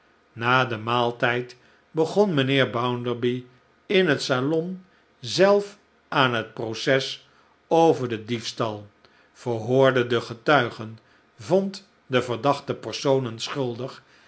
na den maaltijd begon mijnheer bounderby in het salon zelf aan het proces over den diefstal verhoorde de getuigen vond de verdachte personen schuldig